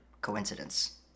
coincidence